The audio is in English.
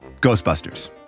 Ghostbusters